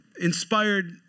inspired